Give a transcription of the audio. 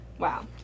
Wow